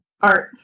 art